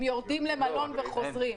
למיטב ידיעתי, הם יורדים למלון וחוזרים.